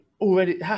already